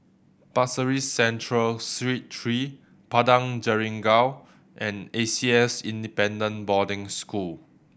Pasir Ris Central Street three Padang Jeringau and A C S Independent Boarding School